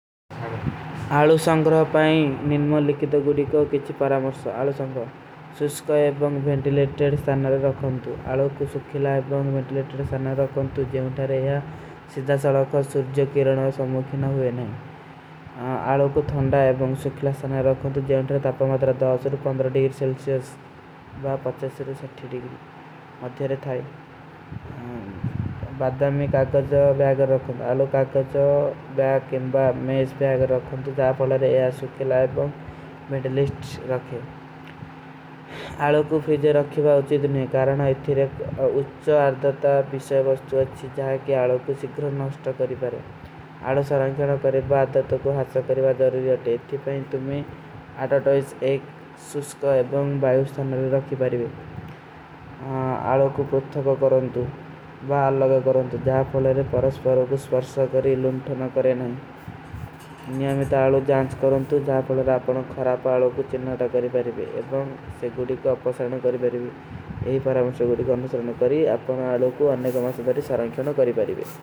ଅଲୁ ସଂଗ୍ରଭାଈ ନିନମୋଲିକିତ ଗୁଡୀ କୋ କିଛୀ ପରାମର୍ସ ଅଲୁ ସଂଗ୍ରଭାଈ ସୁଷ୍କା ଏବଂଗ ଵେଂଟିଲେଟେଡ ସାନାରେ ରଖାଂତୁ।